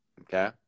Okay